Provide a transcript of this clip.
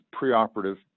preoperative